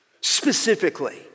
Specifically